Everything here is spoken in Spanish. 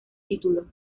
título